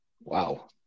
Wow